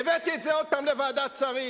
הבאתי את זה עוד הפעם לוועדת השרים,